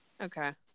Okay